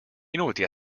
minuti